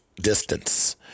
distance